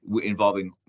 involving